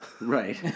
Right